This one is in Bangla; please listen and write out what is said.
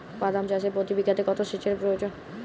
বাদাম চাষে প্রতি বিঘাতে কত সেচের প্রয়োজন?